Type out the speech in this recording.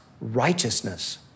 righteousness